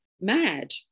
mad